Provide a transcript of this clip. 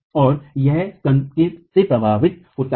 और यह स्कन्ध से प्रभावित होता है